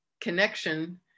connection